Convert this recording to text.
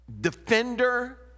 defender